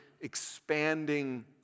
expanding